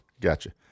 Gotcha